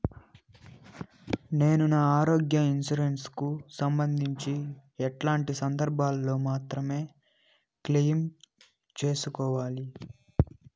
నేను నా ఆరోగ్య ఇన్సూరెన్సు కు సంబంధించి ఎట్లాంటి సందర్భాల్లో మాత్రమే క్లెయిమ్ సేసుకోవాలి?